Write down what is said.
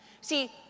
See